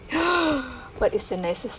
what is the nicest